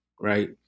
Right